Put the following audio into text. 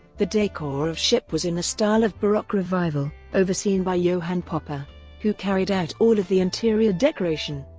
the decor of ship was in the style of baroque revival, overseen by johann poppe, ah who carried out all of the interior decoration.